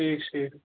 ٹھیٖک چھُ ٹھیٖک